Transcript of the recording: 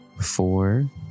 four